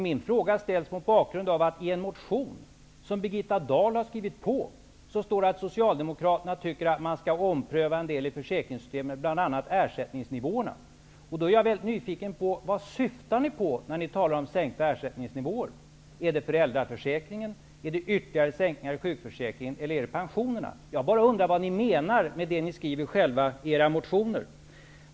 Min fråga ställer jag mot bakgrunden av att det i en motion som Birgitta Dahl har skrivit på står att socialdemokraterna tycker att man skall om pröva en del i försäkringssystemet, bl.a. ersätt ningsnivåerna. Då blir jag väldigt nyfiken på att få veta vad ni åsyftar när ni talar om sänkta ersätt ningsnivåer. Är det föräldraförsäkringen, ytterli gare sänkningar i sjukförsäkringen eller är det pensionerna? Jag bara undrar vad ni själva menar med det ni skriver i era motioner.